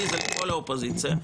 לי ולכל האופוזיציה,